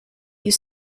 you